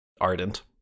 ardent